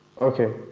Okay